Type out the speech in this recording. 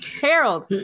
Harold